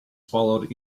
followed